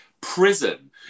prison